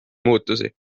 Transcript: muutusi